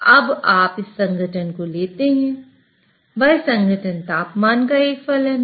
अब आप इस संघटन को लेते हैं वह संघटन तापमान का एक फलन है